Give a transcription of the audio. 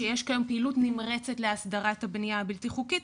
שיש כיום פעילות נמרצת להסדרת הבנייה הבלתי חוקית,